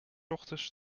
ochtends